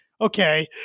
Okay